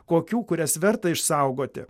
kokių kurias verta išsaugoti